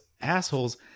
assholes